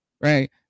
Right